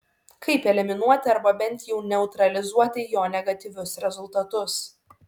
kaip eliminuoti arba bent jau neutralizuoti jo negatyvius rezultatus